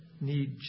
need